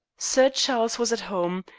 sir charles was at home,